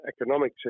economic